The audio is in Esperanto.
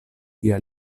via